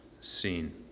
seen